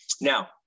now